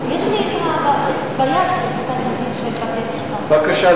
יש לי ביד, בבקשה.